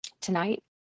tonight